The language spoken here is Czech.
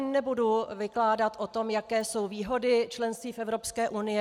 Nebudu tady vykládat o tom, jaké jsou výhody členství v Evropské unii.